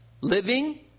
Living